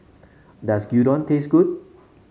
does Gyudon taste good